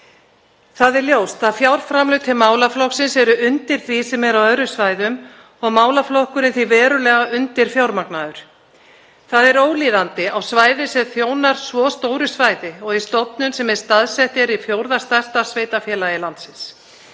Það er ljóst að fjárframlög til málaflokksins eru undir því sem er á öðrum svæðum og málaflokkurinn því verulega undirfjármagnaður. Það er ólíðandi fyrir stofnun sem þjónar svo stóru svæði og er staðsett í fjórða stærsta sveitarfélagi landsins.